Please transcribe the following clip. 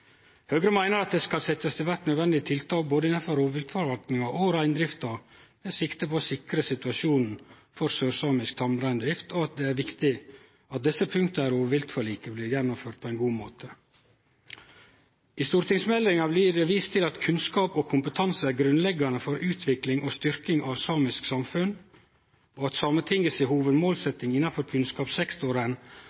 Høgre meiner at det skal setjast i verk nødvendige tiltak innanfor både rovviltforvaltinga og reindrifta med sikte på å sikre situasjonen for sørsamisk tamreindrift, og at det er viktig at desse punkta i rovviltforliket blir gjennomførde på ein god måte. I stortingsmeldinga blir det vist til at kunnskap og kompetanse er grunnleggjande for utvikling og styrking av samisk samfunn, og at Sametinget si